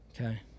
Okay